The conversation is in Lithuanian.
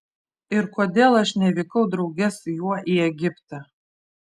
ir kodėl aš nevykau drauge su juo į egiptą